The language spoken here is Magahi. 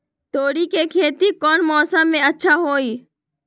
तोड़ी के खेती कौन मौसम में अच्छा होई?